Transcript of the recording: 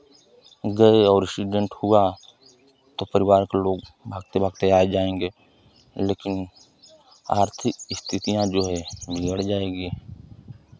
गए और एक्सीडेंट हुआ तो परिवार के लोग भागते भागते आ ही जाएंगे लेकिन आर्थिक स्थितियां जो है बिगड़ जाएगी